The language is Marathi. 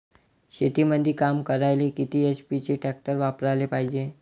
शेतीमंदी काम करायले किती एच.पी चे ट्रॅक्टर वापरायले पायजे?